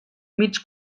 mig